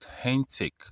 authentic